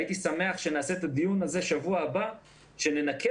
הייתי שמח שנעשה את הדיון הזה בשבוע הבא כשננקה